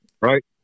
Right